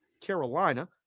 Carolina